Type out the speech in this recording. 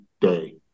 day